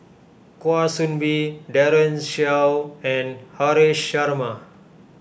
Kwa Soon Bee Daren Shiau and Haresh Sharma